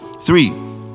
three